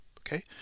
okay